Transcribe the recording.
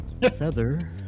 Feather